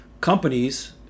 Companies